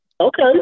Okay